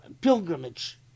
Pilgrimage